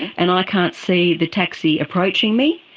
and i can't see the taxi approaching me,